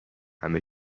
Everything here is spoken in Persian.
همه